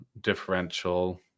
differential